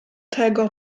tego